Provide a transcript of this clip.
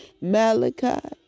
Malachi